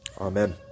Amen